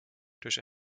durch